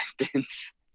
sentence